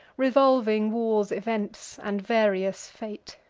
revolving war's events, and various fate.